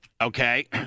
Okay